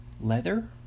leather